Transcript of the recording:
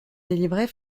délivrait